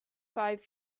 five